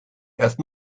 erst